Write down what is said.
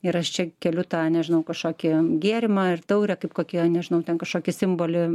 ir aš čia keliu tą nežinau kažkokį gėrimą ir taurę kaip kokia nežinau ten kažkokį simbolį